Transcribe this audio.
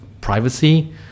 privacy